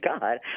god